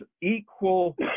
equal